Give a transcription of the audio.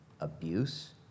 abuse